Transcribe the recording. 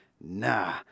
nah